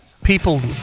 People